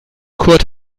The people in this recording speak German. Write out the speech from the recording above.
kurt